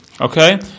Okay